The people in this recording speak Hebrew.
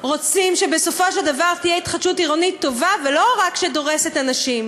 רוצים שבסופו של דבר תהיה התחדשות עירונית טובה ולא רק שדורסת אנשים.